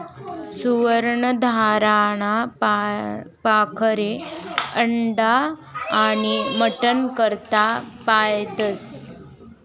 सुवर्ण धाराना पाखरे अंडा आनी मटन करता पायतस